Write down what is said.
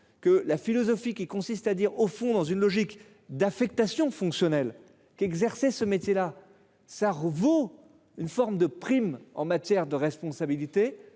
que la philosophie qui consiste à dire au fond dans une logique d'affectation fonctionnelle qu'exercer ce métier là ça vaut une forme de prime en matière de responsabilité,